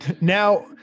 Now